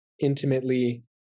intimately